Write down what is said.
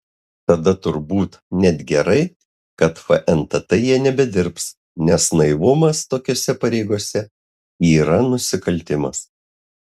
tada turbūt net gerai kad fntt jie nebedirbs nes naivumas tokiose pareigose yra nusikaltimas